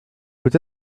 peut